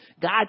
God